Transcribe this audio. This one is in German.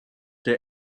der